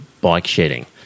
bike-shedding